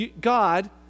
God